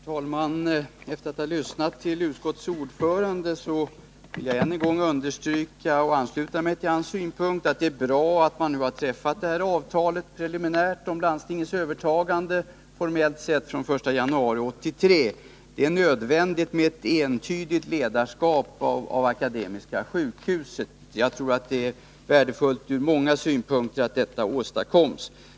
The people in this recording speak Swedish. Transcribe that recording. Herr talman! Efter att ha lyssnat till utskottets ordförande vill jag än en gång understryka och ansluta mig till hans synpunkt att det är bra att detta avtal, om landstingets formella övertagande från den 1 januari 1983, preliminärt har träffats. Det är nödvändigt med ett entydigt ledarskap för Akademiska sjukhuset. Det är värdefullt ur många synpunkter att detta åstadkoms.